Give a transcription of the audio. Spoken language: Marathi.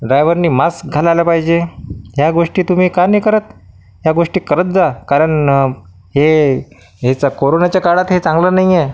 ड्रायव्हरनी मास्क घालायला पाहिजे या गोष्टी तुम्ही का नाही करत या गोष्टी करत जा कारण हे हेचं कोरोनाच्या काळात हे चांगलं नाही आहे